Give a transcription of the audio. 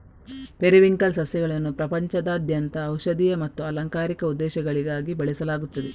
periwinkle ಸಸ್ಯಗಳನ್ನು ಪ್ರಪಂಚದಾದ್ಯಂತ ಔಷಧೀಯ ಮತ್ತು ಅಲಂಕಾರಿಕ ಉದ್ದೇಶಗಳಿಗಾಗಿ ಬೆಳೆಸಲಾಗುತ್ತದೆ